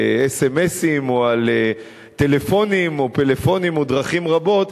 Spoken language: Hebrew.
אס.אם.אסים או על טלפונים או פלאפונים או דרכים רבות.